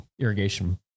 irrigation